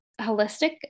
holistic